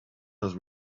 has